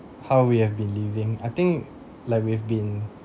how we have been living I think like we've been